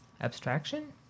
abstraction